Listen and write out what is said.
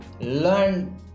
learn